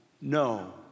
No